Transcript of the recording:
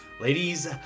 Ladies